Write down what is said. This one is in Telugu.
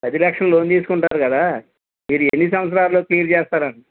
పది లక్షలు లోన్ తీసుకుంటారు కదా మీరు ఎన్ని సంవత్సరాలలో క్లియర్ చేస్తారు అని